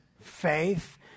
faith